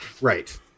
right